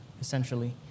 essentially